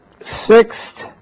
sixth